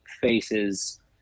faces